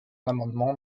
l’amendement